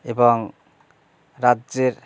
এবং রাজ্যের